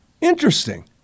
Interesting